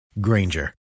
Granger